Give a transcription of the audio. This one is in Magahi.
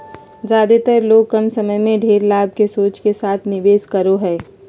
ज्यादेतर लोग कम समय में ढेर लाभ के सोच के साथ निवेश करो हइ